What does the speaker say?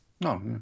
No